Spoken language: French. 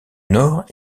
nord